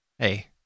Hey